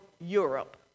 Europe